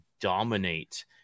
dominate